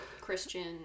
Christian